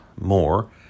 More